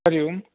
हरिओम्